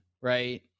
right